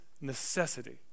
necessity